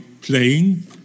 playing